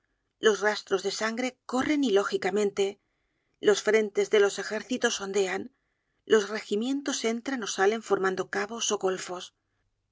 los rastros de sangre corren ilógicamente los frentes de los ejércitos ondean los regimientos entran ó salen formando cabos ó golfos